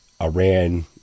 Iran